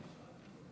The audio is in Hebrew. הזה.